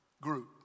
group